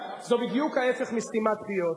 זה בדיוק ההיפך מסתימת פיות,